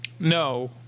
No